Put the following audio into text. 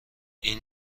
این